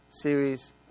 series